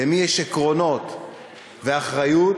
למי יש עקרונות ואחריות